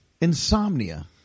Insomnia